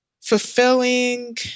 fulfilling